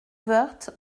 woerth